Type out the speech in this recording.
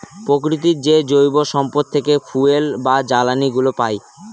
প্রকৃতির যে জৈব সম্পদ থেকে ফুয়েল বা জ্বালানিগুলো পাই